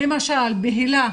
למשל בהיל"ה